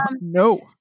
No